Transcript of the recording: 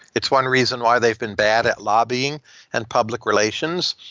it's one reason why they've been bad at lobbying and public relations.